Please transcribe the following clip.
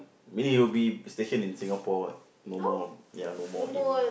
meaning he will be stationed in Singapore what no more ya no more in